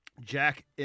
Jack